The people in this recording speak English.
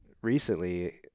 recently